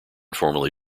formally